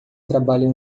trabalha